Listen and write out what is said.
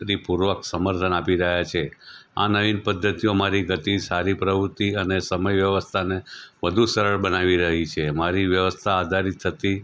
રી પૂર્વક સમર્થન આપી રહ્યાં છે આ નવીન પદ્ધતિઓ મારી ગતિ સારી પ્રવૃતિ અને સમય વ્યવસ્થાને વધુ સરળ બનાવી રહી છે મારી વ્યવસ્થા આધારિત હતી